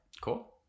Cool